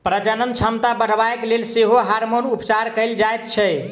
प्रजनन क्षमता बढ़यबाक लेल सेहो हार्मोन उपचार कयल जाइत छै